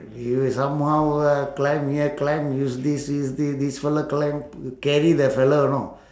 he will somehow uh climb here climb use this use thi~ this fellow climb p~ carry the fellow you know